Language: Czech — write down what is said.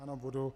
Ano, budu.